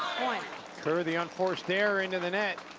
kerr, the unforced error into the net.